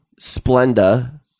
Splenda